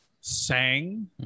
sang